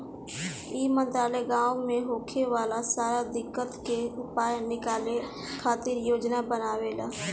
ई मंत्रालय गाँव मे होखे वाला सारा दिक्कत के उपाय निकाले खातिर योजना बनावेला